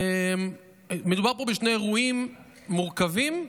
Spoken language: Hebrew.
מדובר פה בשני אירועים מורכבים: